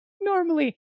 normally